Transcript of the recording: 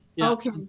Okay